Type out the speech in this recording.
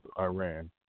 Iran